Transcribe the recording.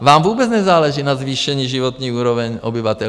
Vám vůbec nezáleží na zvýšení životní úrovně obyvatel.